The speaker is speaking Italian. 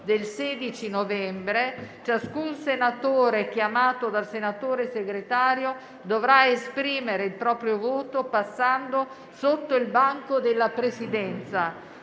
del 16 novembre scorso, ciascun senatore chiamato dal senatore Segretario dovrà esprimere il proprio voto passando innanzi al banco della Presidenza.